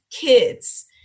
kids